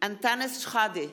אנטאנס שחאדה,